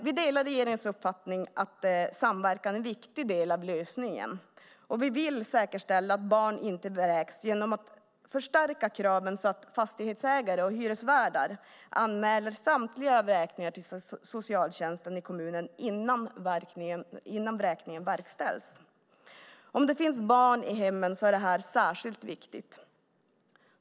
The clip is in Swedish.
Vi delar regeringens uppfattning att samverkan är en viktig del av lösningen, och vi vill säkerställa att barn inte vräks genom att förstärka kraven så att fastighetsägare och hyresvärdar anmäler samtliga vräkningar till socialtjänsten i kommunen innan vräkningen verkställs. Om det finns barn i hemmen är det särskilt viktigt.